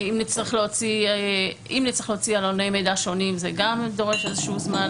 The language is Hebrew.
אם נצטרך להוציא עלוני מידע שונים זה גם דורש איזה שהוא זמן,